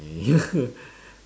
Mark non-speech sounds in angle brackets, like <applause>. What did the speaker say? <laughs>